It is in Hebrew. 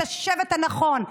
את השבט הנכון.